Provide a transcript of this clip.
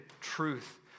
truth